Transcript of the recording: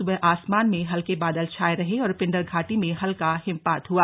सुबह आसमान में हल्के बादल छाए रहे और पिंडर घाटी में हल्का हिमपात हुआ